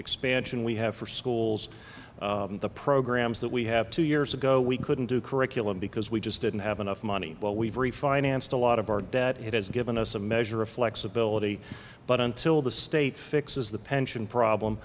expansion we have for schools and the programs that we have two years ago we couldn't do curriculum because we just didn't have enough money but we've refinanced a lot of our debt it has given us a measure of flexibility but until the state fixes the pension problem